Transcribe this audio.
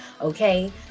okay